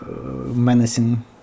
menacing